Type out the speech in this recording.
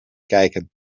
kijken